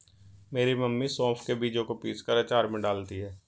मेरी मम्मी सौंफ के बीजों को पीसकर अचार में डालती हैं